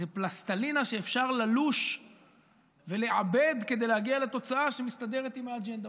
זו פלסטלינה שאפשר ללוש ולעבד כדי להגיע לתוצאה שמסתדרת עם האג'נדה.